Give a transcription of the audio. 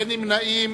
אין נמנעים.